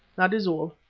that is all.